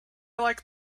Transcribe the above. like